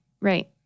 Right